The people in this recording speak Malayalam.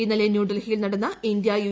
ഇന്നലെ ന്യൂഡൽഹിയിൽ നടന്ന ഇന്ത്യ യു